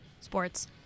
Sports